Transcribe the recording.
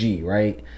right